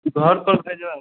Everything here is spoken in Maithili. उ घरपर भेजबाक छै